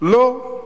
לא.